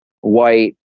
white